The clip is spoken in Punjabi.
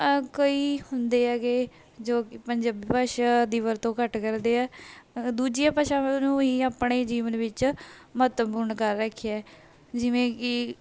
ਆ ਕੋਈ ਹੁੰਦੇ ਹੈਗੇ ਜੋ ਕਿ ਪੰਜਾਬੀ ਭਾਸ਼ਾ ਦੀ ਵਰਤੋਂ ਘੱਟ ਕਰਦੇ ਹੈ ਦੂਜੀਆਂ ਭਾਸ਼ਾਵਾਂ ਨੂੰ ਹੀ ਆਪਣੇ ਜੀਵਨ ਵਿੱਚ ਮਹੱਤਵਪੂਰਨ ਕਰ ਰੱਖਿਆ ਜਿਵੇਂ ਕਿ